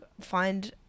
find